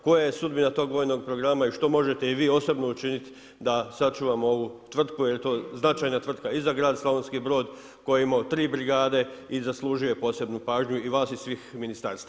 Koja je sudbina tog vojnog programa i što možete i vi osobno učiniti da sačuvamo ovu tvrtku jer je to značajna tvrtka i za grad Slavonski Brod koji je imao tri brigade i zaslužio je posebnu pažnju i vas i svih ministarstava.